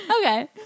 Okay